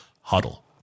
huddle